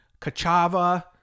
Cachava